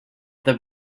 the